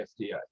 FDA